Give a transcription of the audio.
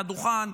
מהדוכן,